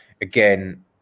Again